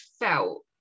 felt